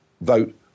vote